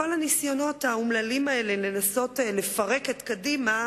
כל הניסיונות האומללים האלה לפרק את קדימה